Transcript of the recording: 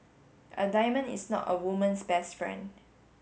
a diamond is not a woman's best friend